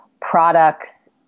products